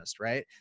right